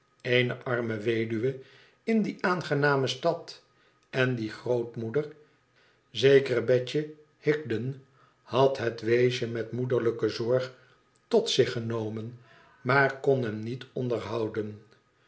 eene arme weduwe in die aangename stad en die grootmoeder zekere betje higden had het weesje met moederlijke zorg tot zich genomen maar kon hem niet onderhouden